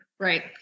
Right